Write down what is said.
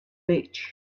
beach